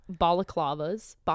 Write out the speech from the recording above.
balaclavas